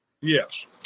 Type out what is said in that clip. Yes